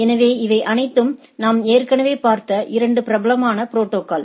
எனவே இவை அனைத்தும் நாம் ஏற்கனவே பார்த்த 2 பிரபலமான புரோட்டோகால்